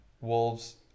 wolves